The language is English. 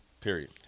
period